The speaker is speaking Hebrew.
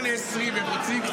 אני רוצה לךְ לךָ.